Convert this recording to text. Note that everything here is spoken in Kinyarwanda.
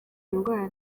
indwara